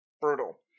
Brutal